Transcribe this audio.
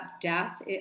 death